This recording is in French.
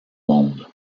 monde